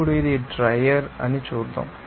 ఇప్పుడు ఇది dryer అని చూద్దాం